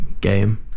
game